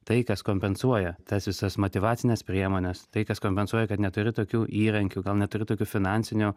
tai kas kompensuoja tas visas motyvacines priemones tai kas kompensuoja kad neturi tokių įrankių gal neturi tokių finansinių